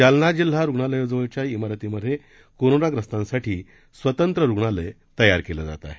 जालना जिल्हा रुग्णालयाजवळच्या इमारतीमध्ये कोरोनाग्रस्तांसाठी स्वतंत्र रुग्णालय तयार केलं जात आहे